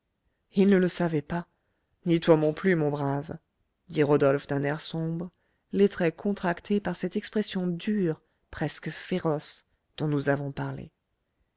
il ne le savait pas ni toi non plus mon brave dit rodolphe d'un air sombre les traits contractés par cette expression dure presque féroce dont nous avons parlé